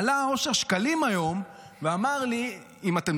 עלה אושר שקלים היום, ואמר לי, אם את זוכרת: